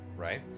Right